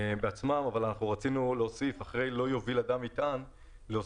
עמום, ואנחנו בדרך כלל לא מאפשרים